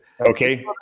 Okay